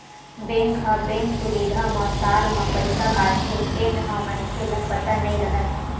bank ह bank सुबिधा म साल म पईसा काटथे तेन ह मनखे ल पता नई रहय